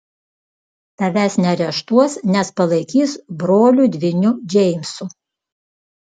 tavęs neareštuos nes palaikys broliu dvyniu džeimsu